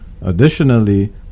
Additionally